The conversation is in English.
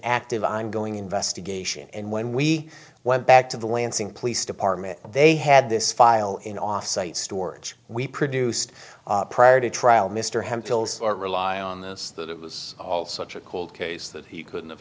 active ongoing investigation and when we went back to the lansing police department they had this file in off site storage we produced prior to trial mr hemphill's rely on this that it was all such a cold case that he couldn't have